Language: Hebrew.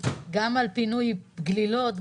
גם פינוי גלילות,